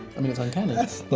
i mean, it's uncanny. that's